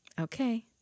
okay